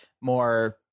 more